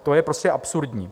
To je prostě absurdní.